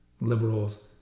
liberals